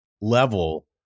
level